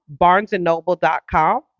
barnesandnoble.com